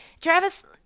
Travis